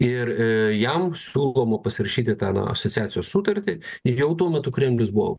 ir jam siūloma pasirašyti asociacijos sutartį jau tuo metu kremlius buvo